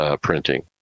printing